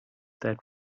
that